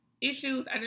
issues